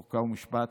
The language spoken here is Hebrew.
חוק ומשפט,